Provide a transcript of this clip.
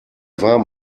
warm